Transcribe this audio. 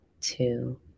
two